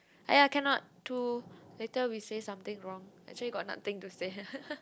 !aiya! cannot too later we say something wrong actually got nothing to say